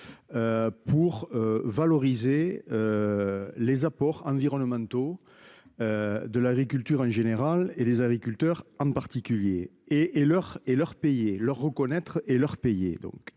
pour valoriser les apports environnementaux de l'agriculture en général et des agriculteurs en particulier- les reconnaître et les payer.